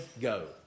go